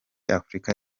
afurika